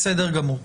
בסדר גמור.